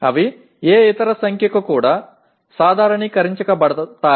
அவை வேறு எந்த எண்ணிற்கும் இயல்பாக்கப்படலாம்